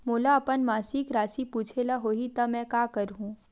मोला अपन मासिक राशि पूछे ल होही त मैं का करहु?